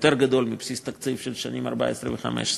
יותר גדול מבסיס התקציב של השנים 2014 ו-2015,